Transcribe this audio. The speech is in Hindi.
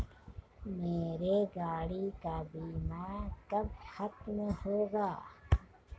मेरे गाड़ी का बीमा कब खत्म होगा?